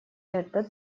этот